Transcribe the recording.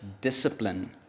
discipline